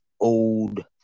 old